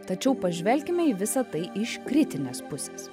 tačiau pažvelkime į visa tai iš kritinės pusės